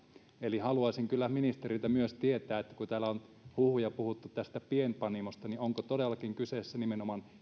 eli haluaisin kyllä ministeriltä myös tietää että kun täällä on huhuja puhuttu pienpanimoista niin onko todellakin kyseessä nimenomaan